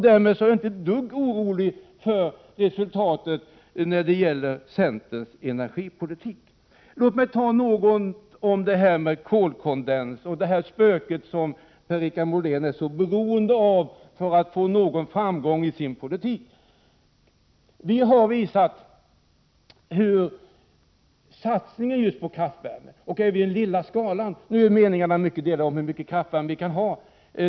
Därmed är jag inte ett dugg orolig för resultatet när det gäller centerns energipolitik. Låt mig säga något om kolkondens, det spöke som Per-Richard Molén är så beroende av för att få någon framgång i sin politik. Nu är meningarna mycket delade om hur mycket kraftvärme vi kan ha.